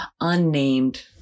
unnamed